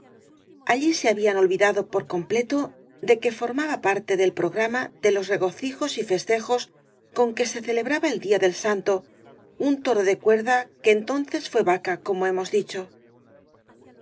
allí se habían olvidado por completo de que formaba parte del programa de los regocijos y festejos con que se celebraba el día del santo un toro de cuerda que entonces fué va ca como hemos dicho